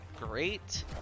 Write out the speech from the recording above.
great